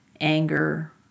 anger